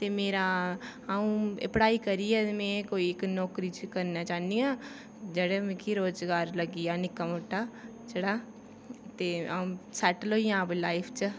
मेरा आ'ऊं पढ़ाई करियै में कोई नौकरी करना चाह्नियां जेह्ड़ा मिगी रूजगार लग्गी जा निक्का मोटा जेह्ड़ा ते आ'ऊ सेटल होई जां लाईफ च